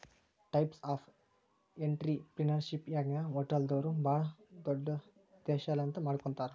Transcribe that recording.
types of ಎನ್ಟ್ರಿಪ್ರಿನಿಯರ್ಶಿಪ್ನ್ಯಾಗ ಹೊಟಲ್ದೊರು ಭಾಳ್ ದೊಡುದ್ಯಂಶೇಲತಾ ಮಾಡಿಕೊಡ್ತಾರ